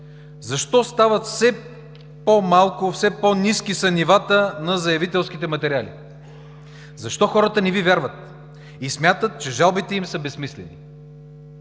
защо стават все по-малко и все по-ниски са нивата на заявителските материали? Защо хората не Ви вярват и смятат, че жалбите им са безсмислени?